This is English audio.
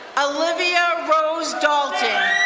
olivia rose dalton.